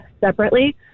separately